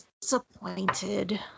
disappointed